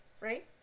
Right